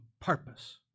purpose